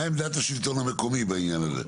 מה עמדת השלטון המקומי בעניין הזה?